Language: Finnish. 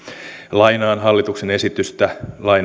lainaan hallituksen esitystä